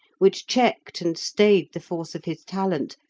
which checked and stayed the force of his talent,